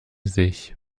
sich